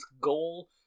goal